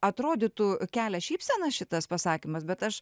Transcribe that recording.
atrodytų kelia šypseną šitas pasakymas bet aš